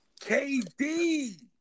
KD